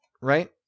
right